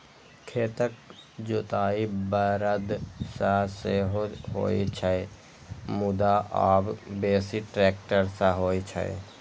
खेतक जोताइ बरद सं सेहो होइ छै, मुदा आब बेसी ट्रैक्टर सं होइ छै